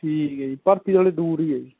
ਠੀਕ ਹੈ ਜੀ ਭਰਤੀ ਹਾਲੇ ਦੂਰ ਹੀ ਹੈ ਜੀ